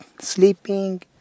sleeping